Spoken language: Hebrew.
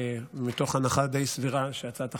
מתוך הנחה די סבירה שהצעת החוק,